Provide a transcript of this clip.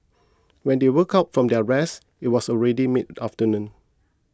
when they woke up from their rest it was already mid afternoon